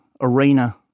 arena